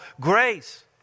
grace